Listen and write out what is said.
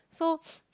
so